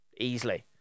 easily